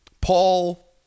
Paul